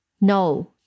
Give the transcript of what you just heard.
No